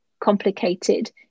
complicated